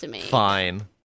fine